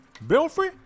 Belfry